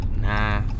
Nah